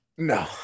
No